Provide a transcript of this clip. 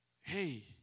hey